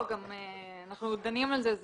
אנחנו דנים על כך.